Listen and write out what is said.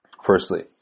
firstly